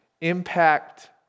impact